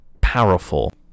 powerful